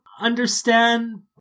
understand